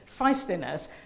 feistiness